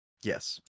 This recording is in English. Yes